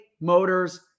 Motors